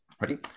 ready